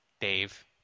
Dave